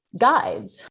guides